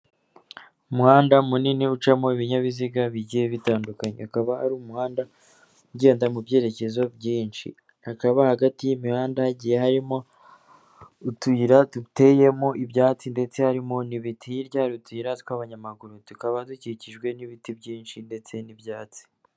Umuhanda munini ucamo ibinyabiziga bigiye bitandukanye, akaba ari umuhanda ugenda mu byerekezo byinshi, hakaba hagati y'imihanda hagiye harimo utuyira duteyemo ibyatsi ndetse harimo n'ibiti, hirya hakaba hari utuyira tw'abanyamaguru tukaba dukikijwe n'ibiti byinshi ndetse n'ibyatsi.